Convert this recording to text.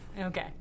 Okay